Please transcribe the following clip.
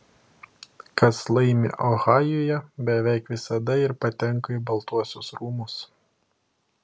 kas laimi ohajuje beveik visada ir patenka į baltuosius rūmus